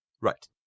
Right